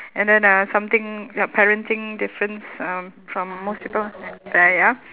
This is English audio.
and then uh something yup parenting difference um from most people there ya